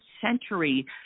century